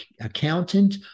accountant